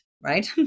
right